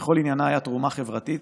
וכל עניינה היה תרומה חברתית,